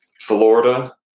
florida